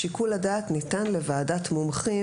ושיקול הדעת ניתן לוועדת מומחים.